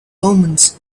omens